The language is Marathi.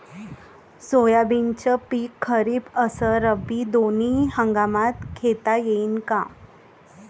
सोयाबीनचं पिक खरीप अस रब्बी दोनी हंगामात घेता येईन का?